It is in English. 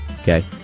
okay